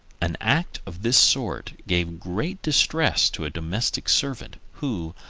an act of this sort gave great distress to a domestic servant, who,